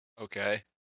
Okay